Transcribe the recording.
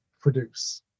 produce